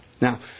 Now